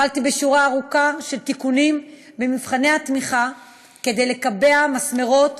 התחלתי בשורה ארוכה של תיקונים במבחני התמיכה כדי לקבוע מסמרות